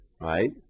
right